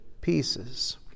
pieces